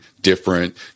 different